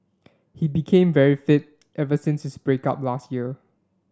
he became very fit ever since his break up last year